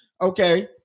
Okay